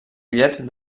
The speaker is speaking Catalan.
bitllets